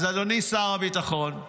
אדוני שר הביטחון,